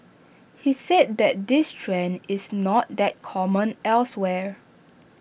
he said that this trend is not that common elsewhere